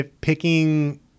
picking